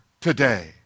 today